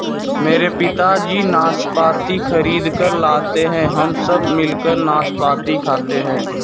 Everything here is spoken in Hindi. मेरे पिताजी नाशपाती खरीद कर लाते हैं हम सब मिलकर नाशपाती खाते हैं